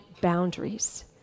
boundaries